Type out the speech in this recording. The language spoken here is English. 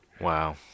Wow